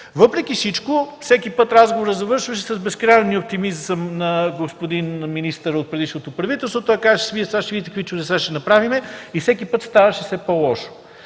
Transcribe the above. Въпреки всичко, всеки път разговорът завършваше с безкрайния оптимизъм на господин министъра от предишното правителство. Той казваше: „Вие сега ще видите какви чудеса ще направим” и всеки път ставаше все по-лошо.